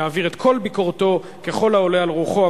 יעביר את כל ביקורתו ככל העולה על רוחו.